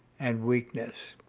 and weakness.